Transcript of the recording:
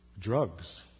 drugs